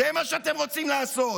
זה מה שאתם רוצים לעשות.